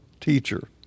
teacher